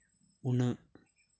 ᱩᱱᱟᱹᱜ